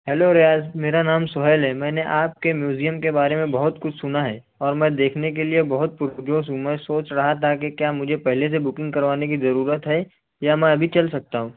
hello Riyaz میرا نام سہیل ہے میں نے آپ کے میوزیم کے بارے میں بہت کچھ سنا ہے اور میں دیکھنے کے لیے بہت پر جوش ہوں میں سوچ رہا تھا کہ کیا مجھے پہلے سے بکنگ کروانے کی ضرورت ہے یا میں ابھی چل سکتا ہوں